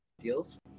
deals